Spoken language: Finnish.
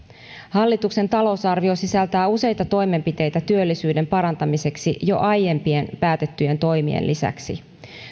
hallituksen talousarvio sisältää useita toimenpiteitä työllisyyden parantamiseksi jo aiempien päätettyjen toimien lisäksi